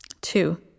Two